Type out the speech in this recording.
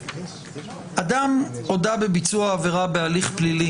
אדם הודה בביצוע העבירה בהליך פלילי.